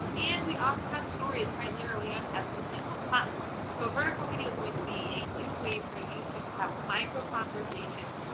and we also have stories quite literally on every single platform. so vertical video is going to be a new way for you to have micro conversations,